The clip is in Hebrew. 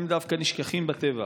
הם דווקא נשכחים בטבע.